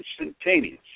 instantaneous